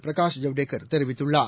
பிரகாஷ் ஜவ்டேகர் தெரிவித்துள்ளார்